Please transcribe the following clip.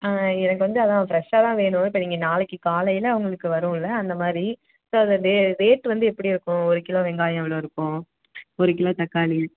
ஆ எனக்கு வந்து அதான் ஃப்ரெஷ்ஷாக தான் வேணும் இப்போ நீங்கள் நாளைக்கி காலையில் உங்களுக்கு வரும்ல அந்த மாதிரி ஸோ அது ரே ரேட்டு வந்து எப்படி இருக்கும் ஒரு கிலோ வெங்காயம் எவ்வளோ இருக்கும் ஒரு கிலோ தக்காளி